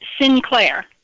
Sinclair